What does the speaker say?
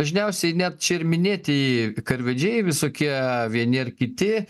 dažniausiai net čia ir minėti karvedžiai visokie vieni ar kiti